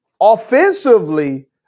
Offensively